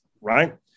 right